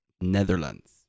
Netherlands